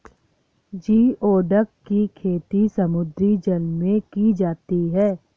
geoduck की खेती समुद्री जल में की जाती है